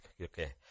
okay